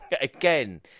again